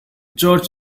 church